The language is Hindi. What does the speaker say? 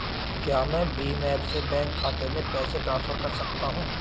क्या मैं भीम ऐप से बैंक खाते में पैसे ट्रांसफर कर सकता हूँ?